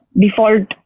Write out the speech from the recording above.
default